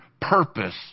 purpose